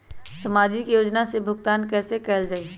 सामाजिक योजना से भुगतान कैसे कयल जाई?